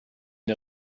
der